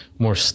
More